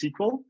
SQL